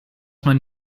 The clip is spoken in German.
man